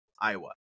iowa